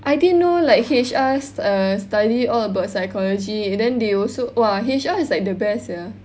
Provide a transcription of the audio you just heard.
I didn't know like H_R st~ err study all about psychology and then they also !wah! H_R is like the best sia